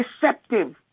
deceptive